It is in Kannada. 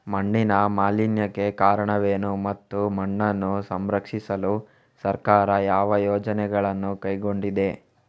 ಮಣ್ಣಿನ ಮಾಲಿನ್ಯಕ್ಕೆ ಕಾರಣವೇನು ಮತ್ತು ಮಣ್ಣನ್ನು ಸಂರಕ್ಷಿಸಲು ಸರ್ಕಾರ ಯಾವ ಯೋಜನೆಗಳನ್ನು ಕೈಗೊಂಡಿದೆ?